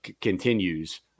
continues